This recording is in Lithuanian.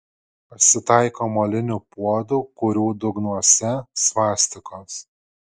pasitaiko molinių puodų kurių dugnuose svastikos